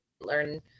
learn